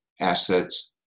assets